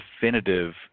definitive